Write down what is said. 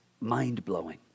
mind-blowing